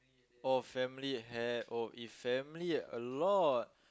oh family have oh if family a lot